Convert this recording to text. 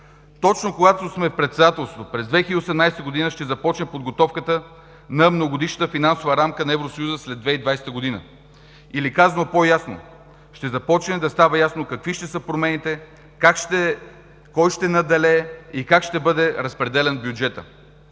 Точно когато сме в председателство – през 2017 г., ще започне подготовката на Многогодишната финансова рамка на Евросъюза след 2020 г. Или казано по-ясно: ще започне да става ясно какви ще са промените, кой ще надделее и как ще бъде разпределян бюджетът.